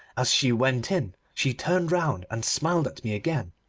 as she went in, she turned round and smiled at me again.